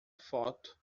foto